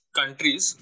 countries